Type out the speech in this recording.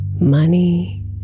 money